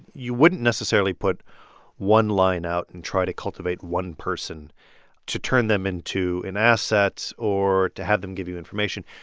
you wouldn't necessarily put one line out and try to cultivate one person to turn them into an asset or to have them give you information.